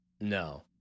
No